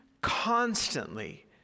constantly